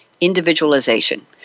individualization